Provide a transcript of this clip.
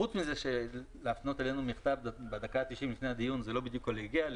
חוץ מזה שלהפנות אלינו מכתב בדקה ה-90 לפני הדיון זה לא בדיוק קולגיאלי,